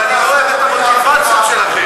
אבל אני לא אוהב את המוטיבציות שלכם.